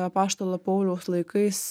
apaštalo pauliaus laikais